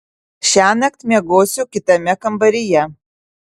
šiąnakt miegosiu kitame kambaryje